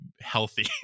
healthy